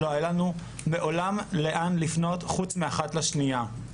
לא היה לנו מעולם לאן לפנות חוץ מאחת לשנייה.